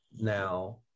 now